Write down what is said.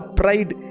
pride